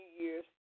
years